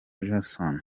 jason